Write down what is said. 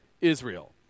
Israel